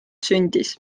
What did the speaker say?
sündis